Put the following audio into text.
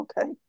Okay